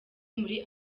muri